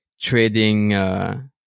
trading